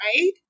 right